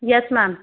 yes ma'am